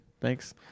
Thanks